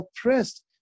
oppressed